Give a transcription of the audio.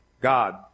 God